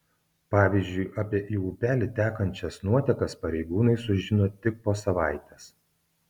pavyzdžiui apie į upelį tekančias nuotekas pareigūnai sužino tik po savaitės